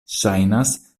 ŝajnas